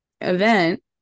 event